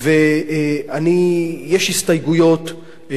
יש הסתייגויות לחוק הזה.